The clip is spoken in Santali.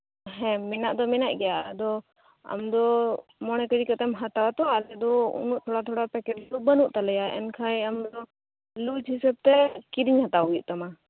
ᱦᱮᱸ ᱢᱮᱱᱟᱜ ᱫᱚ ᱢᱮᱱᱟᱜ ᱜᱮᱭᱟ ᱟᱫᱚ ᱟᱢᱫᱚ ᱢᱚᱬᱮ ᱠᱤᱡᱤ ᱠᱟᱛᱮᱜ ᱦᱟᱛᱟᱣᱟ ᱛᱚ ᱟᱞᱮ ᱫᱚ ᱩᱱᱟᱹᱜ ᱛᱷᱚᱲᱟ ᱛᱷᱚᱲᱟ ᱯᱮᱠᱮᱴ ᱵᱟᱱᱩᱜ ᱛᱟᱞᱮᱭᱟ ᱮᱱᱠᱷᱟᱡ ᱟᱢ ᱫᱚ ᱞᱩᱡᱽ ᱦᱤᱥᱟᱹᱵᱽ ᱛᱮ ᱠᱤᱨᱤᱧ ᱦᱟᱛᱟᱣ ᱦᱩᱭᱩᱜ ᱛᱟᱢᱟ